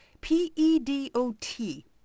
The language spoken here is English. P-E-D-O-T